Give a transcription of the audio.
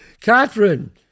Catherine